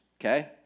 okay